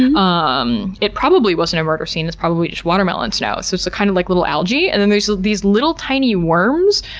um it probably wasn't a murder scene. it's probably just watermelon snow. so it's a kind of like little algae. and then there's these little, tiny worms,